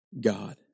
God